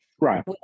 Right